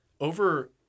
over